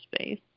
space